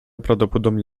prawdopodobnie